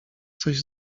coś